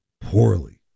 Poorly